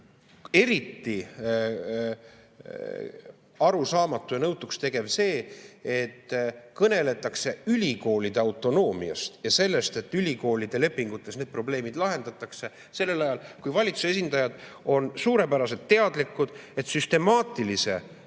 eriti arusaamatu ja nõutuks tegev see, et kõneletakse ülikoolide autonoomiast ja sellest, et ülikoolide lepingutes need probleemid lahendatakse, sellel ajal kui valitsuse esindajad on suurepäraselt teadlikud, et süstemaatilise